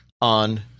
on